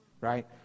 right